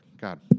God